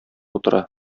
утыра